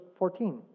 14